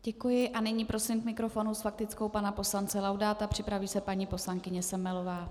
Děkuji a nyní prosím k mikrofonu s faktickou pana poslance Laudáta, připraví se paní poslankyně Semelová.